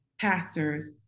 pastors